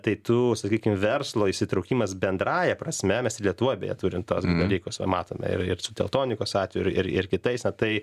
tai tu sakykim verslo įsitraukimas bendrąja prasme mes ir lietuvoj beje turim tuos dalykus va matome ir ir su teltonikos atveju ir ir kitais na tai